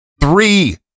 three